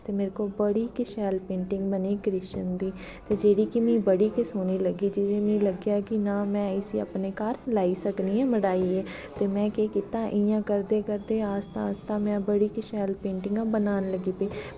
ते मेरे कोल बड़ी गै शैल पेंटिंग बनी कृष्ण दी ते जेह्ड़ी कि मिगी बड़ी गै सोह्नी लग्गी कि जि'यां कि मिगी लग्गेआ में इसी अपने घर लाई सकनी आं मटाइयै ते में केह् कीता इ'यां करदे करदे आस्ता आस्ता में बड़ी गै शैल पेंटिंगां बनान लगी पेई